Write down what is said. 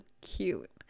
cute